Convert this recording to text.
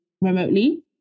remotely